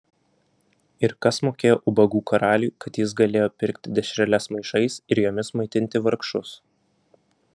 ir kas mokėjo ubagų karaliui kad jis galėjo pirkti dešreles maišais ir jomis maitinti vargšus